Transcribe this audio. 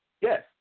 Yes